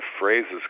phrases